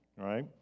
right